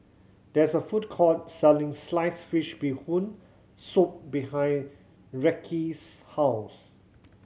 there is a food court selling sliced fish Bee Hoon Soup behind Reece's house